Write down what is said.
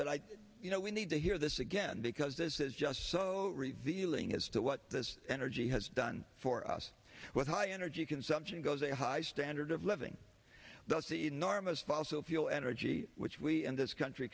that i you know we need to hear this again because this is just so revealing as to what this energy has done for us with high energy consumption goes a high standard of living that's enormous fossil fuel energy which we and this country